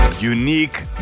unique